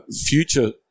future